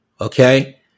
Okay